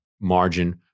margin